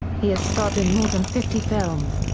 he has starred in more than fifty films,